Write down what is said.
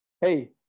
Hey